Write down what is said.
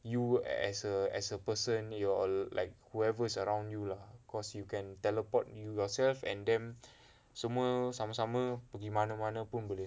you as a as a person your like whoever is around you lah cause you can teleport you yourself and then semua sama-sama pergi mana-mana pun boleh